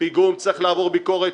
פיגום צריך לעבור ביקורת